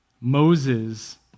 Moses